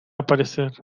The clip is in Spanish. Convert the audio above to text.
aparecer